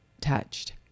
touched